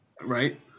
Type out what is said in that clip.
Right